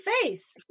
face